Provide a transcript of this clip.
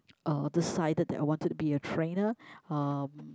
uh decided that I wanted to be a trainer um